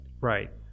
Right